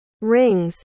rings